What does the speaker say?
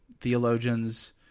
Theologians